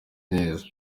neza